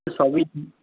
সবই ঠিক